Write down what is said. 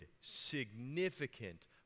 significant